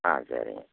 ஆ சரிங்க